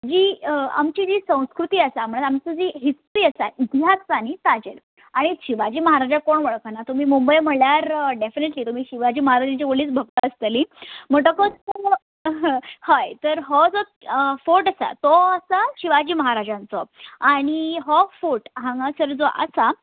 जी आमची जी संस्कृती आसा म्हळ्या आमचो जी हिस्ट्री आसा इतिहास आसा न्ही ताजेर आणी शिवाजी म्हाराजा कोण वळखना तुमी मुंबय म्हळ्यार डॅफिनेटली तुमी शिवाजी म्हाराजांची व्हडलीच भक्त आसतली म्हणटकच हय तर हो जो फोट आसा तो आसा शिवाजी महाराजांचो आनी हो फोट हांगासर जो आसा